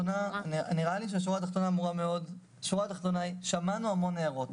נראה לי שהשורה התחתונה היא ששמענו המון הערות.